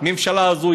הממשלה הזו,